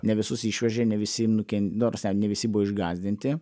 ne visus išvežė ne visi nuken nors ne visi buvo išgąsdinti